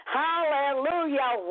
hallelujah